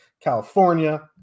california